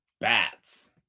bats